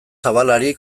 zabalari